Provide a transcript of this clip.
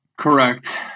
Correct